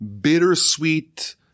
bittersweet